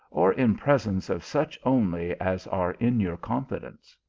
or in presence of such only as are in your confidence.